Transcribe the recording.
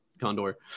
Condor